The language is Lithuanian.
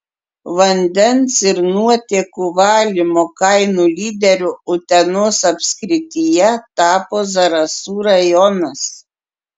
vandens ir nuotėkų valymo kainų lyderiu utenos apskrityje tapo zarasų rajonas